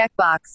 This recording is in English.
checkbox